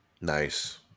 Nice